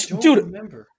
Dude